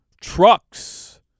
trucks